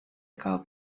ega